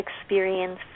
experience